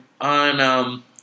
on